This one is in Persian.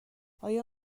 آیا